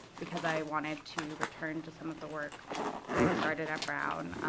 because i wanted to return to some of the work that i'd started at brown,